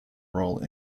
role